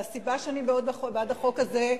והסיבה שאני מאוד בעד החוק הזה,